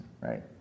right